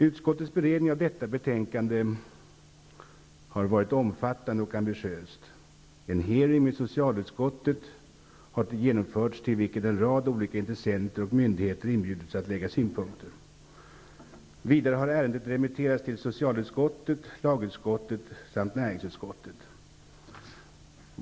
Utskottets beredning av detta betänkande har varit omfattande och ambitiös. En utfrågning med socialutskottet har genomförts till vilken en rad olika intressenter och myndigheter inbjudits att lägga fram synpunkter. Vidare har ärendet remitterats till socialutskottet, lagutskottet och näringsutskottet.